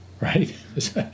right